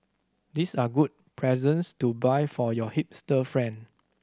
these are good presents to buy for your hipster friend